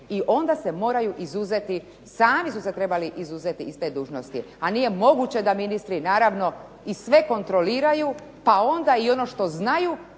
i onda se mora izuzeti, sami su se trebali izuzeti iz te dužnosti. A nije moguće naravno da sve kontroliraju, pa onda i ono što znaju